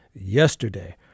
yesterday